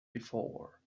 before